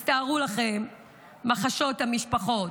אז תארו לכם מה חשות המשפחות.